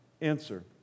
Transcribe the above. Answer